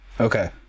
okay